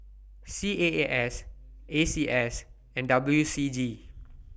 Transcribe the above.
C A A S A C S and W C G